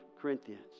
Corinthians